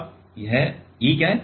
अब यह E क्या है